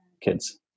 kids